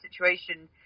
situation